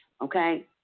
Okay